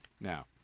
Now